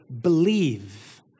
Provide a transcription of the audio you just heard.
believe